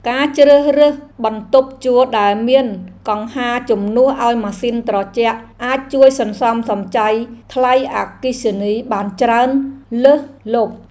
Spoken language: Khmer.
ការជ្រើសរើសបន្ទប់ជួលដែលមានកង្ហារជំនួសឱ្យម៉ាស៊ីនត្រជាក់អាចជួយសន្សំសំចៃថ្លៃអគ្គិសនីបានច្រើនលើសលប់។